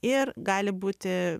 ir gali būti